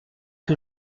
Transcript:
que